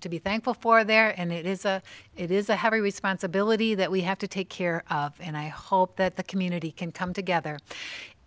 to be thankful for there and it is a it is a heavy responsibility that we have to take care of and i hope that the community can come together